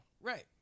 right